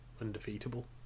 undefeatable